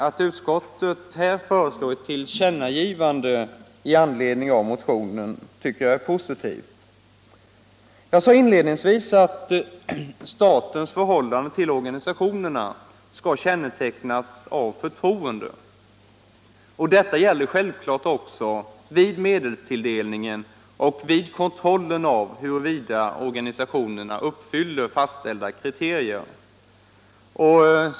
Att utskottet här föreslår ett tillkännagivande i anledning av motionen tycker jag är positivt. Jag sade inledningsvis att statens förhållande till organisationerna skall kännetecknas av förtroende. Detta gäller självfallet också vid medelstilldelningen och vid kontrollen av huruvida organisationerna uppfyller fastställda kriterier.